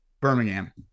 Birmingham